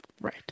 right